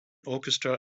orchestra